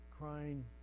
crying